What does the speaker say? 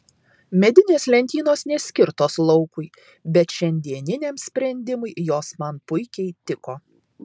medinės lentynos neskirtos laukui bet šiandieniniam sprendimui jos man puikiai tiko